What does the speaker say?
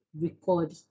record